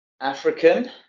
African